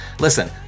Listen